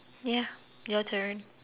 ya your turn